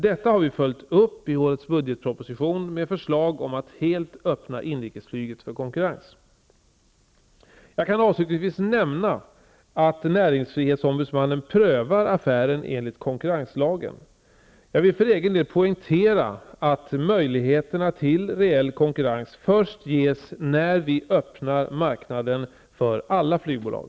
Detta har vi följt upp i årets budgetproposition med förslag om att helt öppna inrikesflyget för konkurrens. Jag kan avslutningsvis nämna att näringsfrihetsombudsmannen prövar affären enligt konkurrenslagen. Jag vill för egen del poängtera att möjligheterna till reell konkurrens först ges när vi öppnar marknaden för alla flygbolag.